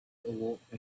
awoke